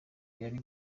yari